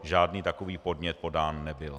Žádný takový podnět podán nebyl.